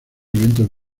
eventos